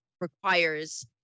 requires